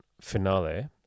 finale